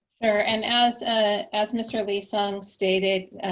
and as ah as mr. lee-sung stated,